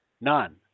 none